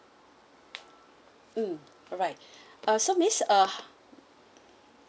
mm alright uh so miss uh